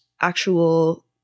actual